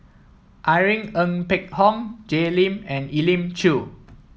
Irene Ng Phek Hoong Jay Lim and Elim Chew